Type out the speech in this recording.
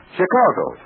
Chicago